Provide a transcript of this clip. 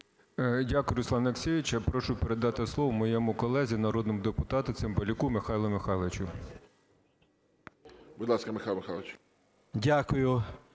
Дякую, Руслане Олексійовичу. Я прошу передати слово моєму колезі народному депутату Цимбалюку Михайлу Михайловичу. ГОЛОВУЮЧИЙ. Будь ласка, Михайло Михайлович.